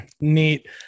neat